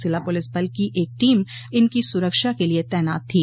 जिला पुलिस बल की एक टीम इनकी सुरक्षा के लिए तैनात थी